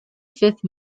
fifth